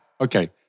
Okay